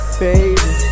baby